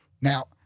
Now